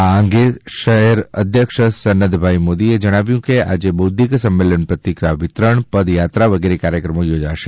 આ અંગે શહેર અધ્યક્ષ સનદભાઇ મોદીએ જણાવ્યુ છે કે ગઇકાલે બોંધિક સંમેલન પત્રિકા વિતરણ પદ યાત્રા વગેરે કાર્યક્રમો યોજાશે